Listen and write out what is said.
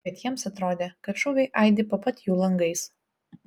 bet jiems atrodė kad šūviai aidi po pat jų langais